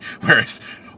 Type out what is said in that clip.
Whereas